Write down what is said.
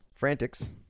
Frantics